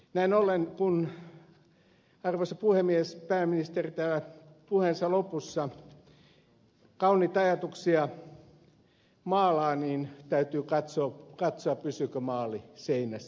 näin ollen kun arvoisa puhemies pääministeri puheensa lopussa kauniita ajatuksia maalaa niin täytyy katsoa pysyykö maali seinässä